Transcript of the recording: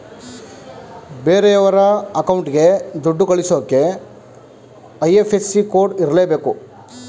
ಬೇರೆಯೋರ ಅಕೌಂಟ್ಗೆ ದುಡ್ಡ ಕಳಿಸಕ್ಕೆ ಐ.ಎಫ್.ಎಸ್.ಸಿ ಕೋಡ್ ಇರರ್ಲೇಬೇಕು